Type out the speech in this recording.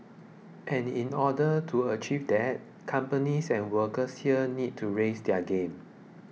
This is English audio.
and in order to achieve that companies and workers here need to raise their game